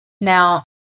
now